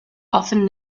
often